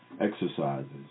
exercises